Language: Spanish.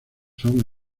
son